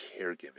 caregiving